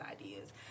ideas